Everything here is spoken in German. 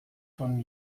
von